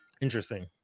Interesting